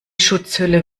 schutzhülle